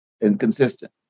Inconsistent